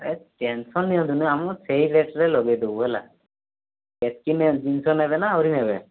ଏ tension ନିଅନ୍ତୁନି ଆମେ ସେଇ ରେଟ୍ରେ ଲଗାଇଦେବୁ ହେଲା ସେତିକି ଜିନିଷ ନେବେନା ଆହୁରି ନେବେ